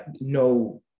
No